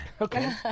Okay